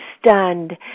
stunned